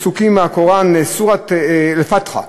פסוקים מהקוראן, סורת אל-פאתחה.